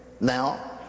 now